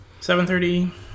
7.30